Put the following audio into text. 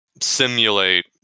simulate